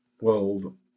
world